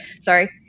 sorry